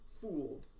fooled